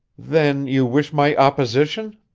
then you wish my opposition?